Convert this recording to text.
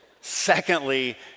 Secondly